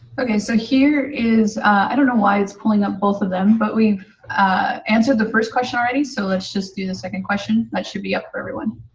okay. so here is i don't know why it's pulling up both of them. but we've answered the first question already, so let's just do the second question. that should be up for everyone.